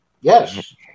Yes